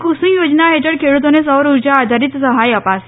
કુસુમ યોજના હેઠળ ખેડૂતોને સૌર ઉર્જા આધારિત સહાય અપાશે